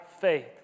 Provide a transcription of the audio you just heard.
faith